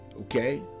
Okay